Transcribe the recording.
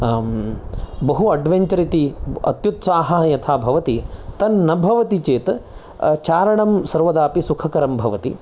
बहु अड्वेञ्जर् इति अत्युत्साः यथा भवति तन्न भवति चेत् चारणं सर्वदापि सुखकरं भवति